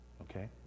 Okay